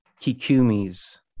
Kikumi's